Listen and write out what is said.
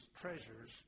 treasures